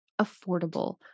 affordable